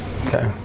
okay